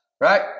Right